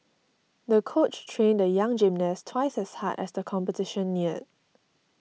the coach trained the young gymnast twice as hard as the competition neared